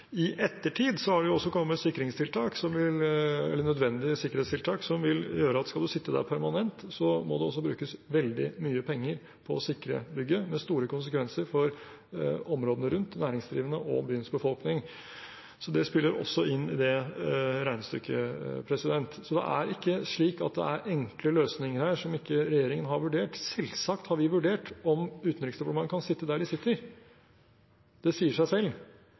I ettertid har det også kommet nødvendige sikkerhetstiltak som vil gjøre at hvis man skal sitte der permanent, må det også brukes veldig mye penger på å sikre bygget, med store konsekvenser for områdene rundt, næringsdrivende og byens befolkning. Det spiller også inn i det regnestykket. Det er ikke slik at det er enkle løsninger her som ikke regjeringen har vurdert. Selvsagt har vi vurdert om Utenriksdepartementet kan være der det er – det sier seg selv.